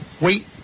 wait